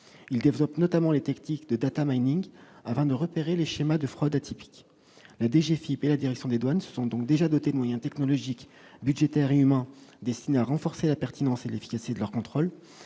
il développe notamment les techniques de Dataminr afin de repérer les schémas de Freud atypique, le DG Philippe et la Direction des douanes sont donc déjà dotée de moyens technologiques budgétaires et humains destinés à renforcer la pertinence et l'efficacité de leur contrôle